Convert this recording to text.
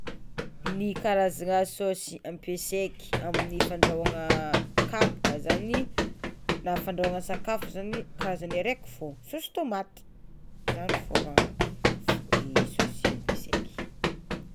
Ny karazana saosy ampiasaiky amin'ny fandrahoana kabaka zany na fandrahoana sakafo zany karazany araiky fô saosy tômaty zany fôgna saosy ampiasaiko.